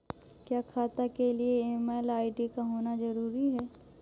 क्या खाता के लिए ईमेल आई.डी होना जरूरी है?